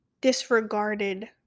disregarded